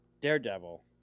Daredevil